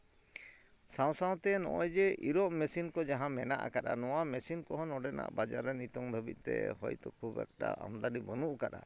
ᱥᱟᱶᱼᱥᱟᱶᱛᱮ ᱱᱚᱜᱼᱚᱭ ᱡᱮ ᱤᱨᱚᱜ ᱢᱮᱥᱤᱱ ᱠᱚ ᱡᱟᱦᱟᱸ ᱢᱮᱱᱟᱜ ᱟᱠᱟᱫᱼᱟ ᱱᱚᱣᱟ ᱢᱮᱥᱤᱱ ᱠᱚᱦᱚᱸ ᱱᱚᱸᱰᱮᱱᱟᱜ ᱵᱟᱡᱟᱨ ᱨᱮ ᱱᱤᱛᱳᱝ ᱫᱷᱟᱹᱵᱤᱡ ᱛᱮ ᱦᱳᱭᱛᱳ ᱠᱷᱩᱵᱽ ᱮᱠᱴᱟ ᱟᱢᱫᱟᱱᱤ ᱵᱟᱹᱱᱩᱜ ᱟᱠᱟᱫᱼᱟ